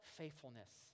faithfulness